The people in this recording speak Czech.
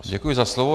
Děkuji za slovo.